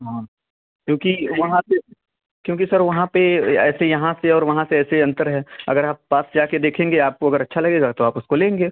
हाँ क्योंकि वहाँ पर क्योंकि सर वहाँ पर ऐसे यहाँ से और वहाँ से ऐसे अन्तर है अगर आप पास से जाकर देखेंगे आपको अगर अच्छा लगेगा तो आप उसको लेंगे